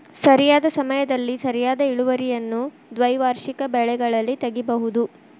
ಸರಿಯಾದ ಸಮಯದಲ್ಲಿ ಸರಿಯಾದ ಇಳುವರಿಯನ್ನು ದ್ವೈವಾರ್ಷಿಕ ಬೆಳೆಗಳಲ್ಲಿ ತಗಿಬಹುದು